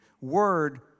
word